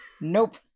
Nope